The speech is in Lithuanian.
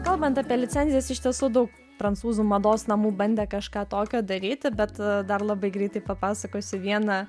kalbant apie licenzijas iš tiesų daug prancūzų mados namų bandė kažką tokio daryti bet dar labai greitai papasakosiu vieną